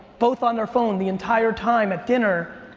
both on their phone the entire time at dinner,